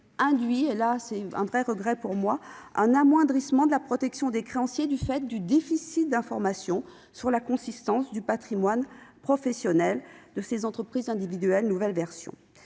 induit- c'est un vrai regret -un amoindrissement de la protection des créanciers du fait du déficit d'information quant à la consistance du patrimoine professionnel de ces entreprises individuelles nouvelle version.